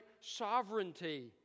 sovereignty